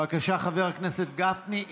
בבקשה, חבר הכנסת גפני.